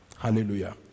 Hallelujah